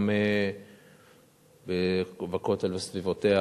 גם בכותל וסביבותיו